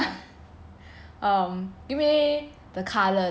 give me the colour the colour and one ingredient